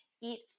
Eat